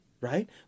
right